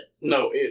No